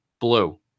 Blue